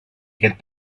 aquest